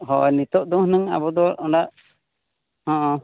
ᱦᱳᱭ ᱱᱤᱛᱳᱜ ᱫᱚ ᱦᱩᱱᱟᱹᱝ ᱟᱵᱚ ᱫᱚ ᱩᱱᱟᱹᱜ ᱦᱮᱸ